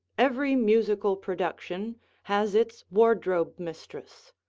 every musical production has its wardrobe mistress,